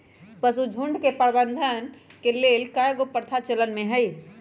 पशुझुण्ड के प्रबंधन के लेल कएगो प्रथा चलन में हइ